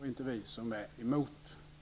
och inte vi som är emot bron.